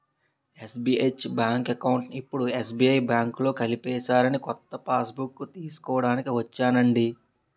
SBH bank అకౌంట్ని ఇప్పుడు SBI బాంకులో కలిపేసారని కొత్త పాస్బుక్కు తీస్కోడానికి ఒచ్చానండి